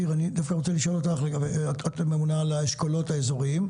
שיר, את הממונה על האשכולות האזוריים.